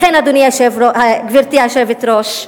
לכן, גברתי היושבת-ראש,